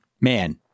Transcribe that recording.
Man